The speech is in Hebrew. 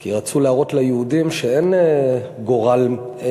כי רצו להראות ליהודים שהכול גורל,